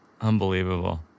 Unbelievable